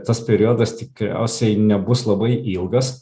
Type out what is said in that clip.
tas periodas tikriausiai nebus labai ilgas